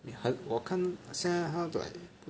你很我看现在他 like